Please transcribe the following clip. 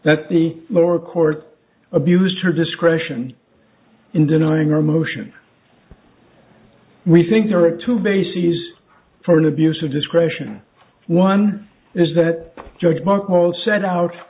that the lower court abused her discretion in denying our motion we think there are two bases for an abuse of discretion one is that judge mark boal set out